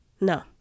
No